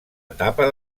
etapa